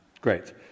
Great